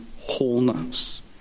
wholeness